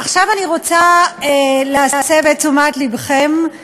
עכשיו אני רוצה להסב את תשומת לבכם,